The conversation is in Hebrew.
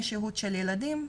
לשהות של ילדים.